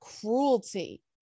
cruelty